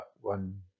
one